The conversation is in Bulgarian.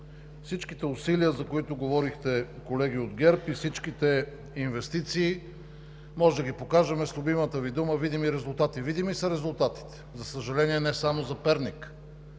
Всичките усилия, за които говорихте, колеги от ГЕРБ, и всичките инвестиции можем да ги покажем с любимите Ви думи „видими резултати“. Видими са резултатите, за съжаление, не само за Перник.